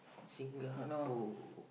Singapore